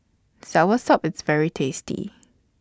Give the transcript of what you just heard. Soursop IS very tasty